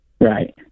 Right